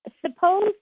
suppose